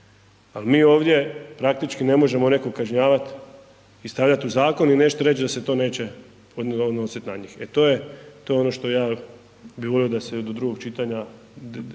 al mi ovdje praktički ne možemo nekog kažnjavat i stavljat u zakon i nešto reć da se to neće odnosit na njih, e to je, to je ono što ja bi volio da se do drugog čitanja